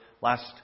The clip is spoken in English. last